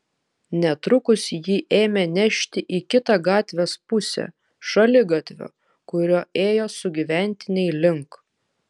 netrukus jį ėmė nešti į kitą gatvės pusę šaligatvio kuriuo ėjo sugyventiniai link